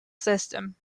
system